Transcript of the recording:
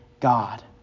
God